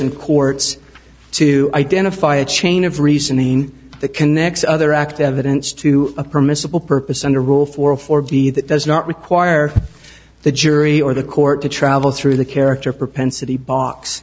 and courts to identify a chain of reasoning that connects other act evidence to a permissible purpose and a rule for or for b that does not require the jury or the court to travel through the character propensity box